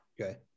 okay